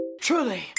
Truly